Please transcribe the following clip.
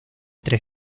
tres